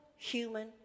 human